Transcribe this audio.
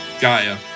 Gaia